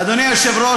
אדוני היושב-ראש,